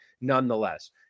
nonetheless